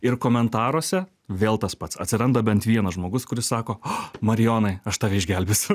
ir komentaruose vėl tas pats atsiranda bent vienas žmogus kuris sako a marijonai aš tave išgelbėsiu